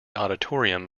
auditorium